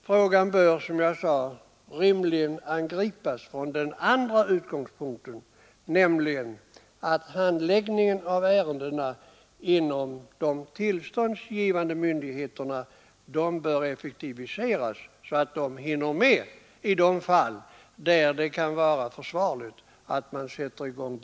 Frågan bör, som jag sade, rimligen angripas från den andra utgångspunkten, nämligen att handläggningen av ärendena inom de tillståndsgivande myndigheterna effektiviseras så att man hinner med i de fall där det kan vara försvarligt att bygget sätts i gång.